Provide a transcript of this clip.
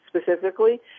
specifically